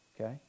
okay